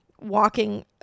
walking